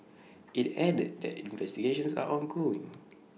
IT added that investigations are ongoing